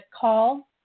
call